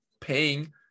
paying